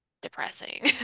depressing